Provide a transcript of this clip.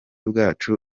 bwacu